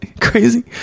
Crazy